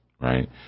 right